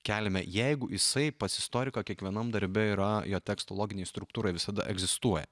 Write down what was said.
keliame jeigu jisai pas istoriką kiekvienam darbe yra jo teksto loginėj struktūroj visada egzistuoja